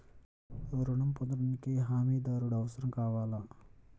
ఋణం పొందటానికి హమీదారుడు అవసరం కావాలా?